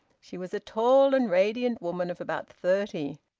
she was a tall and radiant woman of about thirty.